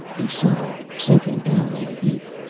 he sagged, sinking down in a heap.